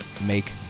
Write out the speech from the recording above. make